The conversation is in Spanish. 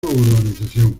urbanización